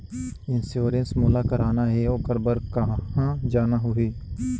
Insurance मोला कराना हे ओकर बार कहा जाना होही?